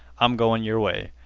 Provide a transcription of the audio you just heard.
i'm goin' your way.